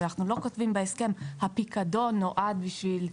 אבל אנחנו לא כותבים בהסכם "הפיקדון נועד בשביל",